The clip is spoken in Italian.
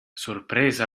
sorpresa